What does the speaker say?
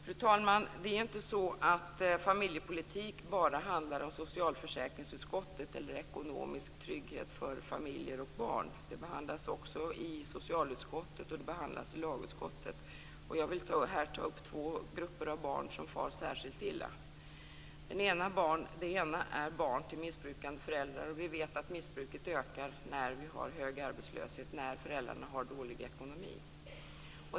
Fru talman! Det är inte så att familjepolitik bara behandlas i socialförsäkringsutskottet och bara gäller ekonomisk trygghet för familjer och barn. Det behandlas också i socialutskottet och lagutskottet. Jag vill här ta upp två grupper av barn som far särskilt illa. Den ena är barn till missbrukande föräldrar. Vi vet att missbruket ökar när vi har hög arbetslöshet och när föräldrarna har dålig ekonomi.